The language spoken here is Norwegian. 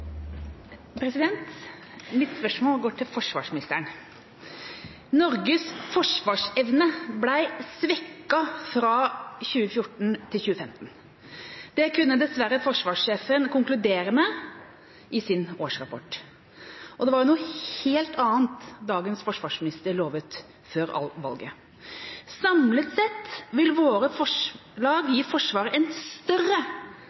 Mitt spørsmål går til forsvarsministeren: Norges forsvarsevne ble svekket fra 2014 til 2015. Det kunne dessverre forsvarssjefen konkludere med i sin årsrapport. Det var noe helt annet dagens forsvarsminister lovet før valget: «Samlet sett vil våre forslag gi Forsvaret en større